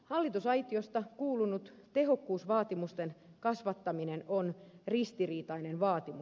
hallitusaitiosta kuulunut tehokkuusvaatimusten kasvattaminen on ristiriitainen vaatimus